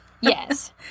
yes